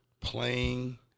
playing